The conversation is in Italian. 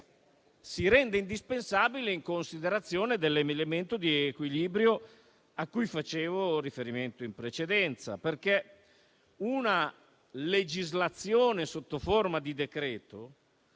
si rende indispensabile in considerazione dell'elemento di equilibrio cui facevo riferimento in precedenza. Infatti, una legislazione sotto forma di decreto-legge